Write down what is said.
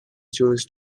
chose